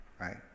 Right